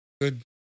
good